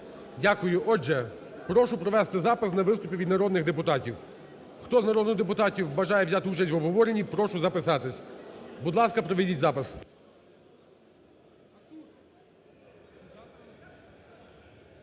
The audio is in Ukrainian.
Дякую. Отже, прошу провести записи на виступи від народних депутатів. Хто з народних депутатів бажає взяти участь в обговоренні, прошу записатися. Будь ласка, проведіть запис.